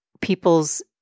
people's